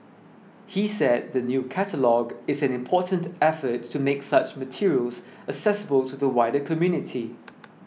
he said the new catalogue is an important effort to make such materials accessible to the wider community